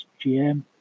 GM